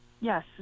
Yes